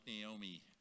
Naomi